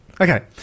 Okay